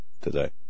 today